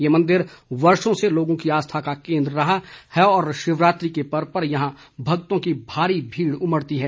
ये मंदिर वर्षो से लोगों की आस्था का केंद्र रहा है और शिवरात्रि के पर्व पर यहां भक्तों की भारी भीड़ उमड़ती है